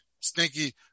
stinky